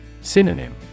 Synonym